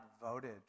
voted